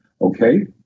Okay